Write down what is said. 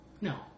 No